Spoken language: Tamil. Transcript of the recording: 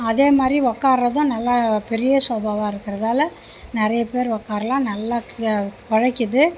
அதேமாதிரி உக்காரதும் நல்லா பெரிய சோஃபாவாக இருக்கிறதால் நிறைய பேர் உக்கார்லாம் நல்லபடியாக உழைக்கிது